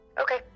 Okay